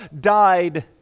died